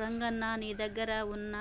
రంగన్న నీ దగ్గర ఉన్న